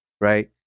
right